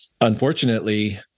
unfortunately